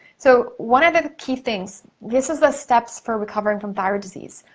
so, one of the key things, this is the steps for recovering from thyroid disease.